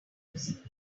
both